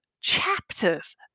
chapters